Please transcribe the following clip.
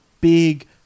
big